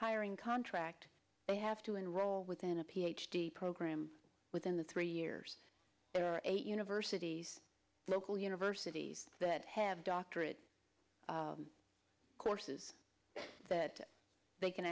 hiring contract they have to enroll within a p h d program within the three years there are eight universities local universities that have doctorate courses that they can